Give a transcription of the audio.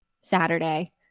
Saturday